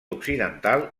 occidental